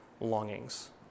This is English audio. longings